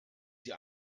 sie